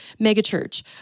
megachurch